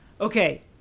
Okay